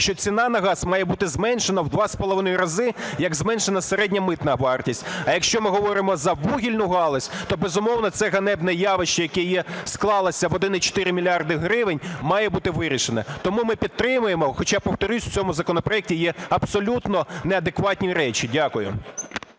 що ціна на газ має бути зменшена у 2,5 рази, як зменшена середня митна вартість. А якщо ми говоримо за вугільну галузь, то, безумовно, це ганебне явище, яке є, склалося в 1,4 мільярда гривень, має бути вирішене. Тому ми підтримуємо, хоча, повторюся, в цьому законопроекті є абсолютно неадекватні речі. Дякую.